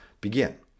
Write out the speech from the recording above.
begin